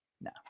No